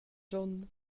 gion